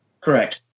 Correct